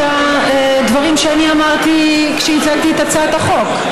הדברים שאני אמרתי כשהצגתי את הצעת החוק.